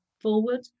forward